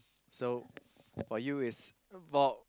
so for you is about